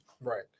right